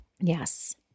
Yes